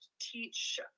teach